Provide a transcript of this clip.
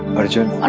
arjun